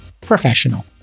professional